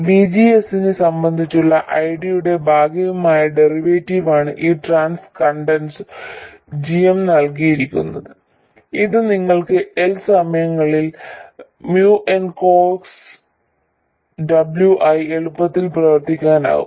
VGS നെ സംബന്ധിച്ചുള്ള ID യുടെ ഭാഗിക ഡെറിവേറ്റീവാണ് ഈ ട്രാൻസ് കണ്ടക്ടൻസ് gm നൽകിയിരിക്കുന്നത് ഇത് നിങ്ങൾക്ക് L സമയങ്ങളിൽ mu n C ox W ആയി എളുപ്പത്തിൽ പ്രവർത്തിക്കാനാകും